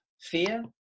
fear